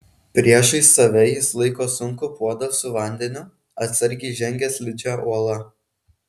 priešais save jis laiko sunkų puodą su vandeniu atsargiai žengia slidžia uola